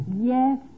yes